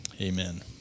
amen